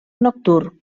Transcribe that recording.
nocturn